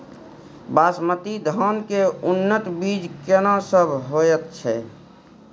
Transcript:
बासमती धान के उन्नत बीज केना सब होयत छै?